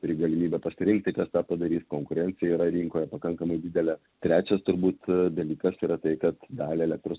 turi galimybę pasirinkiti kas tą padarys konkurencija yra rinkoje pakankamai didelė trečias turbūt dalykas yra tai kad dalį elektros